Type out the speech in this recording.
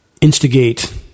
instigate